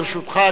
לרשותך,